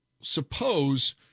suppose